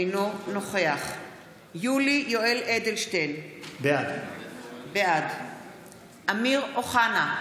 אינו נוכח יולי יואל אדלשטיין, בעד אמיר אוחנה,